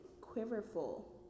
quiverful